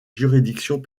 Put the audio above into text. juridictions